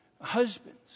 husbands